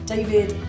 David